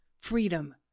Freedom